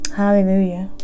hallelujah